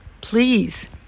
Please